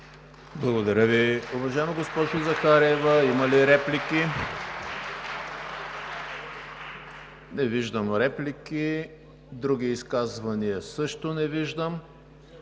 Благодаря Ви, уважаема госпожо Захариева. Има ли реплики? Не виждам. Други изказвания също не виждам.